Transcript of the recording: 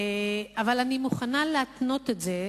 אבל אני מוכנה להתנות את זה,